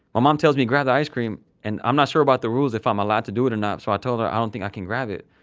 ah mom tells me to grab the ice cream and i'm not sure about the rules, if i'm allowed to do it or not, so i told her, i don't think i can grab it.